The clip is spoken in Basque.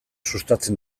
sustatzen